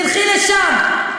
תלכי לשם,